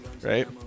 right